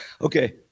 okay